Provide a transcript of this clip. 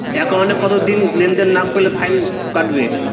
একাউন্টে কতদিন লেনদেন না করলে ফাইন কাটবে?